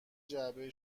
جعبه